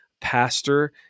pastor